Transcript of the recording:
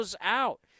out